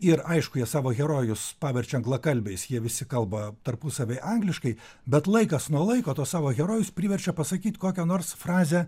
ir aišku jie savo herojus paverčia anglakalbiais jie visi kalba tarpusavyje angliškai bet laikas nuo laiko tuos savo herojus priverčia pasakyt kokią nors frazę